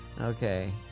Okay